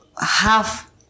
Half